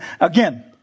Again